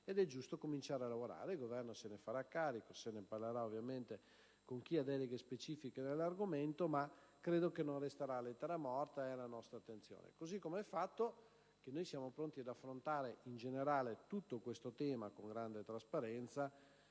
ed è giusto cominciare a lavorare. Il Governo se ne farà carico. Se ne parlerà ovviamente con chi ha deleghe specifiche dell'argomento, ma credo che non resterà lettera morta, poiché è alla nostra attenzione. Siamo altresì pronti ad affrontare in generale tutto questo tema con grande trasparenza,